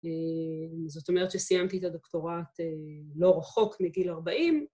‫אה... זאת אומרת שסיימתי את הדוקטורט אה.. ‫לא רחוק מגיל 40.